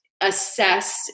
assess